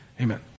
Amen